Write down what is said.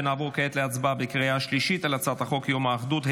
ונעבור כעת להצבעה בקריאה שלישית על הצעת חוק יום האחדות,